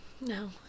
No